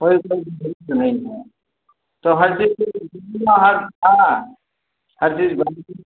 वही तो नहीं हुआ तो हर चीज़ हर हाँ हर चीज़